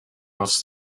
was